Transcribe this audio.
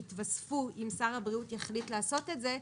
שהתווספו אם שר הבריאות יחליט לעשות את זה,